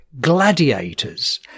gladiators